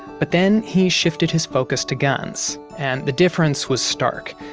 but then he shifted his focus to guns and the difference was stark.